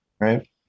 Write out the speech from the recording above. Right